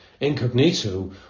incognito